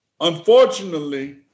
Unfortunately